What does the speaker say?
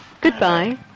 Goodbye